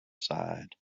side